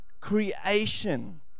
creation